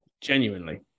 Genuinely